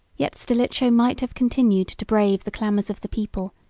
yet stilicho might have continued to brave the clamors of the people,